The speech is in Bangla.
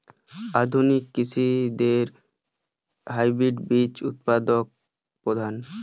আধুনিক কৃষিতে হাইব্রিড বীজ উৎপাদন প্রধান